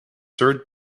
served